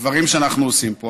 הדברים שאנחנו עושים פה.